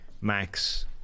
Max